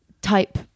type